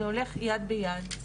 זה הולך יד ביד.